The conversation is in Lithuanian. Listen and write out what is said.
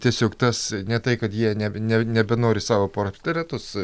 tiesiog tas ne tai kad jie ne ne nebenori savo portretus